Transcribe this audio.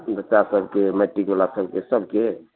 बच्चा सबके मैट्रिक बला सबके सबके